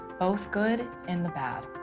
both good and the bad.